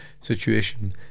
situation